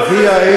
לא, לא מזלזל.